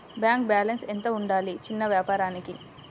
Bank balance ఎంత ఉండాలి చిన్న వ్యాపారానికి?